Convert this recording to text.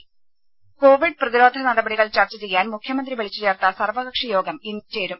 രുമ കോവിഡ് പ്രതിരോധ നടപടികൾ ചർച്ച ചെയ്യാൻ മുഖ്യമന്ത്രി വിളിച്ചു ചേർത്ത സർവ്വകക്ഷി യോഗം ഇന്ന് ചേരും